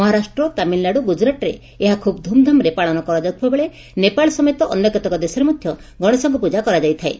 ମହାରାଷ୍ଟର ତାମିଲନାଡୁ ଗୁଜରାଟରେ ଏହା ଖୁବ୍ ଧୁମ୍ଧାମ୍ରେ ପାଳନ କରାଯାଉଥିବା ବେଳେ ନେପାଳ ସମେତ ଅନ୍ୟ କେତେକ ଦେଶରେ ମଧ୍ଧ ଗଣେଶଙ୍କ ପୂକା କରାଯାଇଥାଏ